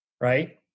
right